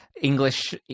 English